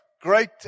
great